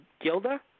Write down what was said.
Gilda